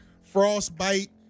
frostbite